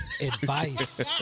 advice